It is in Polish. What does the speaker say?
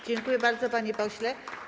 Dziękuję bardzo, panie pośle.